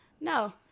no